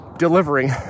delivering